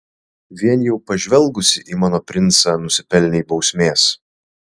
vien jau pažvelgusi į mano princą nusipelnei bausmės